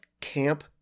Camp